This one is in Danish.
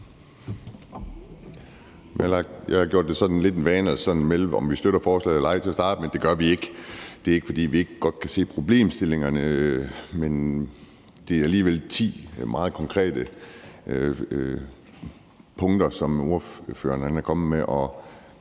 en vane at melde til at starte med, om vi støtter forslaget eller ej. Det gør vi ikke. Det er ikke, fordi vi ikke godt kan se problemstillingerne, men det er alligevel ti meget konkrete punkter, som ordføreren er kommet med.